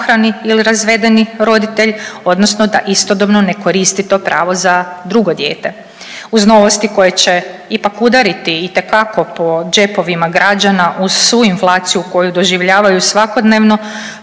samohrani ili razvedeni roditelj odnosno da istodobno ne koristi to pravo za drugo dijete. Uz novosti koje će ipak udariti itekako po džepovima građana uz svu inflaciju koju doživljavaju svakodnevno